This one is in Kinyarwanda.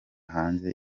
hanze